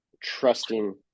trusting